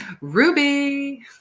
Ruby